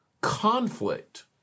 conflict